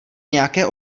nějaké